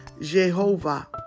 Jehovah